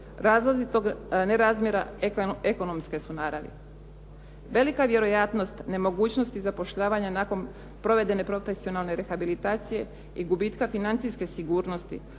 Razlozi tog nerazmjera ekonomske su naravi. Velika vjerojatnost nemogućnosti zapošljavanja nakon provedene profesionalne rehabilitacije i gubitka financijske sigurnosti